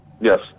Yes